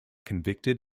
convicted